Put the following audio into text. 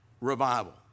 revival